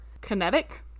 kinetic